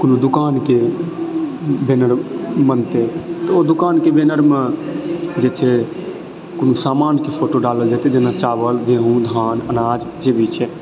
कोनो दोकानके बैनर बनतय तऽ ओ दोकानके बैनरमे जे छै कोनो समानके फोटो डालल जेतय जेना चावल गेहूँ धान अनाज जे भी छै